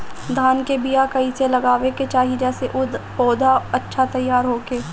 धान के बीया कइसे लगावे के चाही जेसे पौधा अच्छा तैयार होखे?